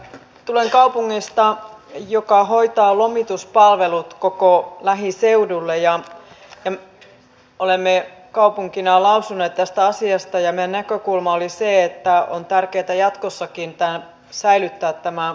tulen kaupungista joka hoitaa lomituspalvelut koko lähiseudulle ja olemme kaupunkina lausuneet tästä asiasta ja meidän näkökulmamme oli se että on tärkeätä jatkossakin säilyttää tämä paikallistuntemus